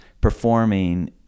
performing